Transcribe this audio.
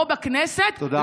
פה בכנסת לא.